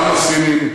גם הסינים,